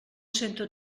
centre